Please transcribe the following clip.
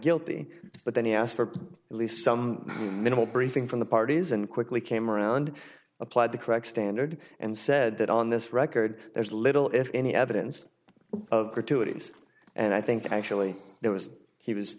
guilty but then he asked for at least some minimal briefing from the parties and quickly came around applied the correct standard and said that on this record there's little if any evidence of gratuities and i think actually there was he